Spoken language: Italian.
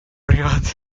private